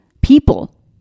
people